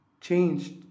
changed